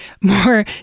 more